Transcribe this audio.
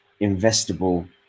investable